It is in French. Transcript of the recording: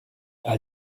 haut